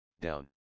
down